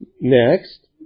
Next